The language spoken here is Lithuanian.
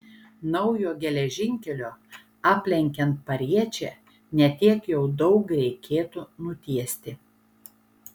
naujo geležinkelio aplenkiant pariečę ne tiek jau daug reikėtų nutiesti